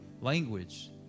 language